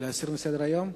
להסיר מסדר-היום?